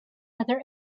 other